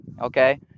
okay